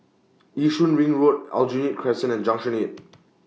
Yishun Ring Road Aljunied Crescent and Junction eight